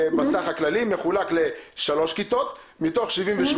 בסך הכללי מחולק ל-3 כיתות, מתוך 78